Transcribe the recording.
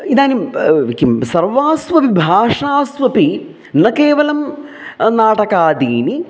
इदानीं किं सर्वास्वपि भाषास्वपि न केवलं नाटकादीनि